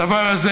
הדבר הזה